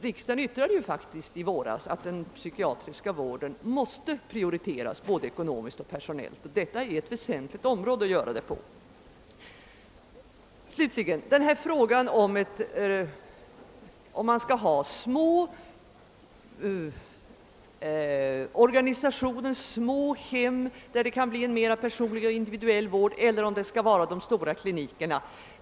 Riksdagen uttalade ju faktiskt i våras att den psykiatriska vården måste prioriteras både ekonomiskt och personellt. Detta är ett väsentligt område att göra det på. Slutligen några ord om frågan huruvida man skall ha små hem, där det kan bli en mera personlig och individuell vård, eller stora kliniker.